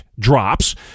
drops